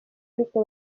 ariko